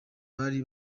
bari